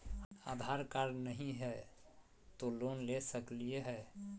आधार card नही हय, तो लोन ले सकलिये है?